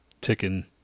ticking